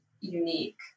unique